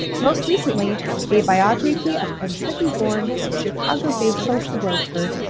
most recently a biography of kentucky born chicago based social worker,